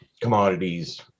commodities